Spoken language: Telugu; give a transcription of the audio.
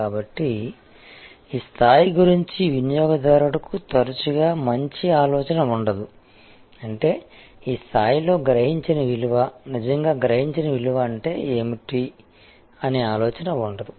కాబట్టి ఈ స్థాయి గురించి వినియోగదారుడుకు తరచుగా మంచి ఆలోచన ఉండదు అంటే ఈ స్థాయి లో గ్రహించిన విలువ నిజంగా గ్రహించిన విలువ అంటే ఏమిటి అనే ఆలోచన ఉండదు